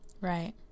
Right